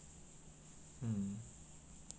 mm